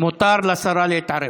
מותר לשרה להתערב.